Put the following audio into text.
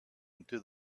into